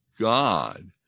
God